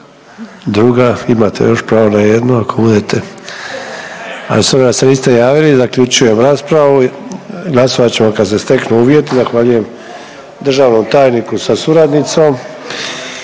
druga, imate još pravo na jednu ako budete, a s obzirom da se niste javili zaključujem raspravu i glasovat ćemo kad se steknu uvjeti. Zahvaljujem državnom tajniku sa suradnicom,